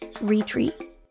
retreat